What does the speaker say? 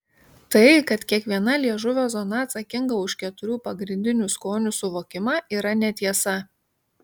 tai kad kiekviena liežuvio zona atsakinga už keturių pagrindinių skonių suvokimą yra netiesa